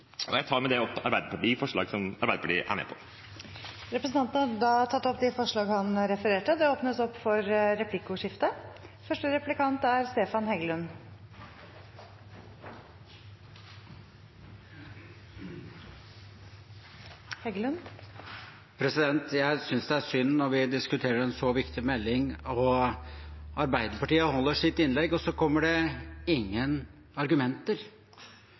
klimapolitikken. Jeg tar med det opp de forslagene som Arbeiderpartiet er alene eller sammen med andre om. Representanten Åsmund Aukrust har tatt opp de forslagene han refererte til. Det blir replikkordskifte. Jeg synes det er synd når vi diskuterer en så viktig melding, og Arbeiderpartiet holder sitt innlegg, og så kommer det ingen argumenter.